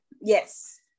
Yes